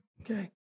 okay